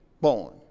born